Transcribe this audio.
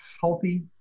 healthy